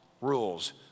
rules